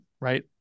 right